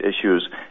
issues